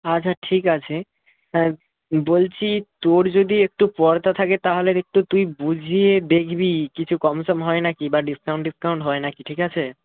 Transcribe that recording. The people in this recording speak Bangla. আচ্ছা ঠিক আছে তা বলছি তোর যদি একটু পরতা থাকে তাহলে একটু তুই বুঝিয়ে দেখবি কিছু কম সম হয় না কি বা ডিসকাউন্ট টিসকাউন্ট হয় না কি ঠিক আছে